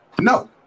No